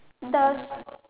the